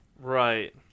Right